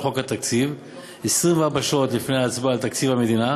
חוק התקציב 24 שעות לפני ההצבעה על תקציב המדינה,